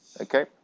Okay